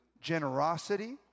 generosity